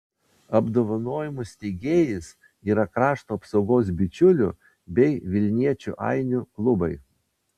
apdovanojimų steigėjais yra krašto apsaugos bičiulių bei vilniečių ainių klubai